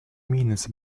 minutes